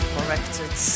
Corrected